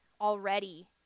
already